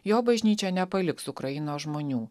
jo bažnyčia nepaliks ukrainos žmonių